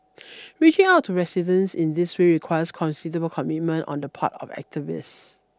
reaching out to residents in these requires considerable commitment on the part of activists